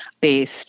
based